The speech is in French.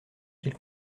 qu’il